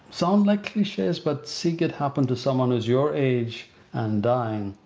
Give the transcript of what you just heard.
sound like cliches, but seeing it happen to someone who's your age and dying,